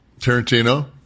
Tarantino